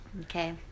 Okay